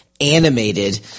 animated